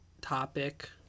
topic